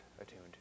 attuned